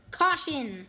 caution